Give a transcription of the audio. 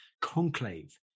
conclave